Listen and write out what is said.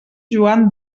joan